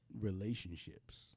relationships